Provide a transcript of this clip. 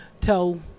tell